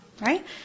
Right